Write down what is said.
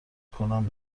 کنم